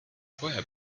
vorher